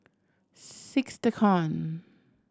six TEKON